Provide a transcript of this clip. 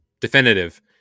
Definitive